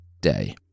day